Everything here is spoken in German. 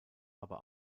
aber